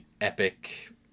epic